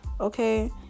okay